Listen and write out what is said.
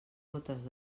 gotes